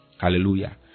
Hallelujah